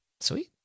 Sweet